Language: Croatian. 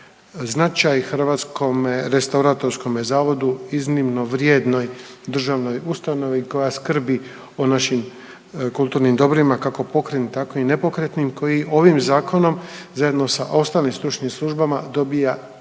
značaj Hrvatskome restauratorskom zavodu iznimno vrijednoj državnoj ustanovi koja skrbi o našim kulturnim dobrima kako pokretnim tako i nepokretnim koji ovim zakonom zajedno sa ostalim stručnim službama dobija na